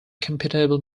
computable